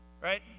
Right